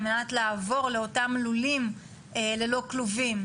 על מנת לעבור לאותם לולים ללא כלובים,